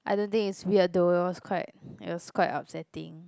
I don't think it's weird though it was quite it was quite upsetting